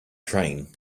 train